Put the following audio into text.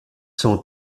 sont